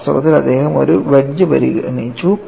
വാസ്തവത്തിൽ അദ്ദേഹം ഒരു വെഡ്ജ് പരിഗണിച്ചു